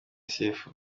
sefu